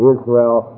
Israel